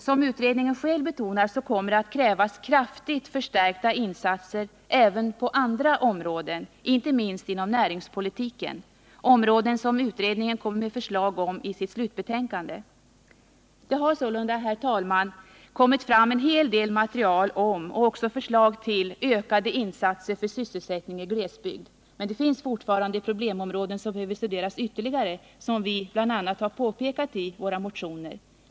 Som utredningen själv betonar kommer det att krävas kraftigt förstärkta insatser även på andra områden, inte minst inom näringspolitiken — områden som utredningen kommer med förslag om i sitt slutbetänkande. Det har sålunda, herr talman, kommit fram en hel del material om och även förslag till ökade insatser för sysselsättningen i glesbygd. Det finns dock fortfarande problemområden som behöver studeras ytterligare, något som vi bl.a. har påpekat i våra motioner.